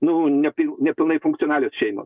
nu nepil nepilnai funkcionalios šeimos